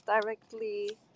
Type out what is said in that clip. directly